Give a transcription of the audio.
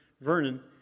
Vernon